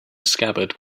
scabbard